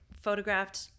photographed